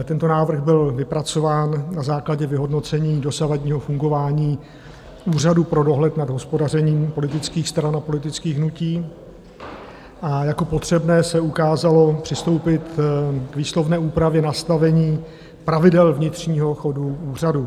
Tento návrh byl vypracován na základě vyhodnocení dosavadního fungování Úřadu pro dohled nad hospodařením politických stran a politických hnutí a jako potřebné se ukázalo přistoupit k výslovné úpravě nastavení pravidel vnitřního chodu úřadu.